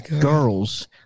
girls